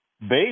based